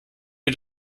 wir